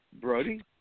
Brody